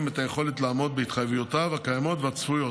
את היכולת לעמוד בהתחייבויותיו הקיימות והצפויות,